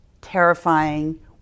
terrifying